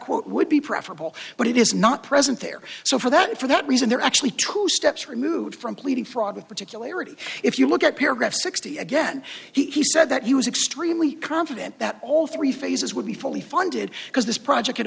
quote would be preferable but it is not present there so for that for that reason there are actually true steps removed from pleading fraud with particularity if you look at paragraph sixty again he said that he was extremely confident that all three phases would be fully funded because this project